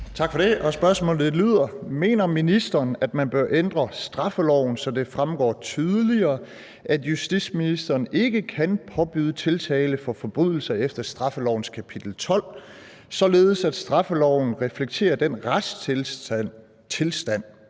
Tak for det. Spørgsmålet lyder: Mener ministeren, at man bør ændre straffeloven, så det fremgår tydeligere, at justitsministeren ikke kan påbyde tiltale for forbrydelser efter straffelovens kapitel 12, således at straffeloven reflekterer den retstilstand,